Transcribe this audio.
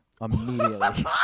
immediately